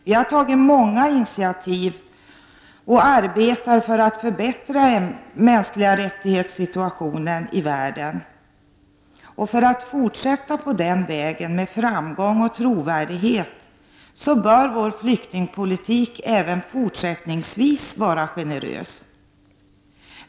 Vi har tagit många initiativ och arbetar för att förbättra situationen för mänskliga rättigheter i världen. För att vi skall kunna fortsätta på den vägen med framgång och trovärdighet bör vår flyktingpolitik även fortsättningsvis vara generös.